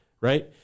right